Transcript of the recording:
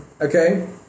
Okay